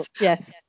yes